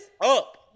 up